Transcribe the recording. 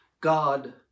God